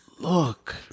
Look